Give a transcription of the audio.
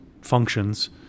functions